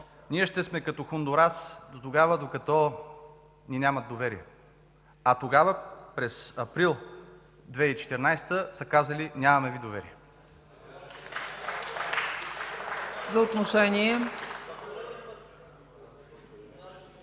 ние ще сме като Хондурас до тогава, докато ни нямат доверие. А тогава, през април 2014 г., са казали: „Нямаме Ви доверие”.